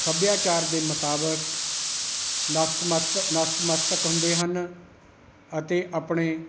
ਸੱਭਿਆਚਾਰ ਦੇ ਮੁਤਾਬਿਕ ਨਸਮਤਕ ਨਸਮਸਤਕ ਹੁੰਦੇ ਹਨ ਅਤੇ ਆਪਣੇ